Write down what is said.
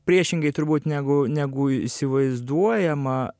priešingai turbūt negu negu įsivaizduojama